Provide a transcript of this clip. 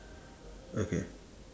okay